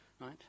right